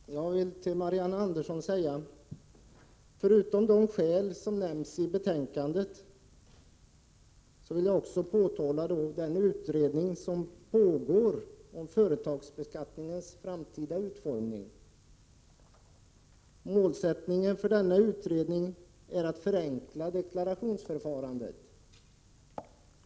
Herr talman! Jag vill till Marianne Andersson säga följande. Förutom de skäl som nämns i betänkandet vill jag också erinra om den utredning som pågår om företagsbeskattningens framtida utformning. Målsättningen för | denna utredning är att förenkla deklarationsförfarandet.